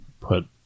put